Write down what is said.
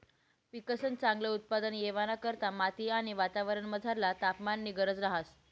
पिकंसन चांगल उत्पादन येवाना करता माती आणि वातावरणमझरला तापमाननी गरज रहास